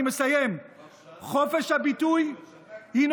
תלוי מי